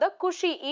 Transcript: ah kushi